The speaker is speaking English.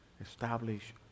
establish